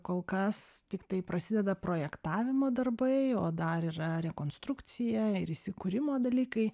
kol kas tiktai prasideda projektavimo darbai o dar yra rekonstrukcija ir įsikūrimo dalykai